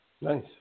Nice